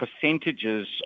percentages